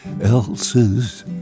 else's